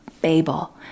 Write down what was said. Babel